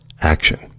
action